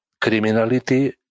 Criminality